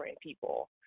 people